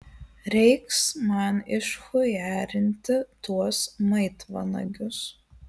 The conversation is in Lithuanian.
reiks man išchujarinti tuos maitvanagius